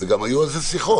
וגם היו על זה שיחות,